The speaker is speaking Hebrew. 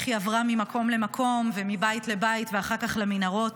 איך היא עברה ממקום למקום ומבית לבית ואחר כך למנהרות,